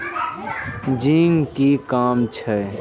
Zinc के कि काम छै?